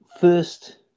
first